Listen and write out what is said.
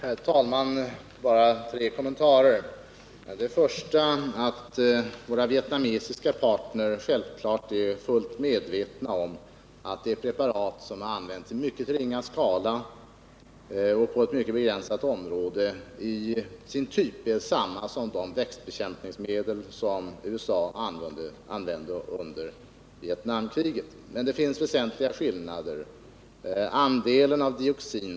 Herr talman! Bara tre kommentarer. Våra vietnamesiska partner är självfallet fullt medvetna om att det preparat som nu använts i mycket ringa skala och på ett mycket begränsat område till sin typ är detsamma som det växtbekämpningsmedel som USA använde under Vietnamkriget. Men det finns väsentliga skillnader.